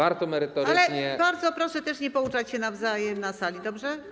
Ale bardzo proszę też nie pouczać się nawzajem na sali, dobrze?